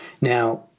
Now